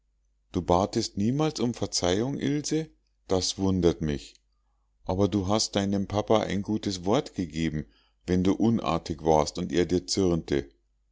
du batest niemals um verzeihung ilse das wundert mich aber du hast deinem papa ein gutes wort gegeben wenn du unartig warst und er dir zürnte